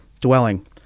dwelling